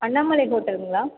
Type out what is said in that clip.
அண்ணாமலை ஹோட்டலுங்களா